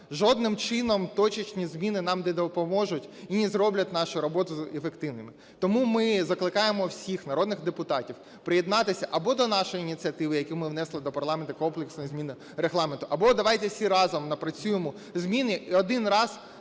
Жодним чином точечні зміни нам не допоможуть і не зроблять нашу роботу ефективною. Тому ми і закликаємо всіх народних депутатів приєднатися або до нашої ініціативи, яку ми внесли до парламенту комплексної зміни Регламенту. Або давайте всі разом напрацюємо зміни, один раз